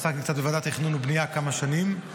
עסקתי קצת בוועדת תכנון ובנייה כמה שנים.